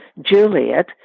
Juliet